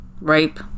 Rape